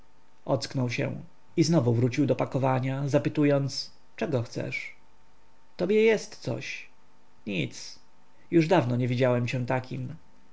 ocknął się i znowu wrócił do pakowania zapytując czego chcesz tobie coś jest nic już dawno nie widziałem cię takim